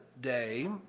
day